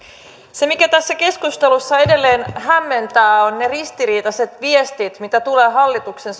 se mikä tässä keskustelussa edelleen hämmentää on ne ristiriitaiset viestit mitä tulee hallituksen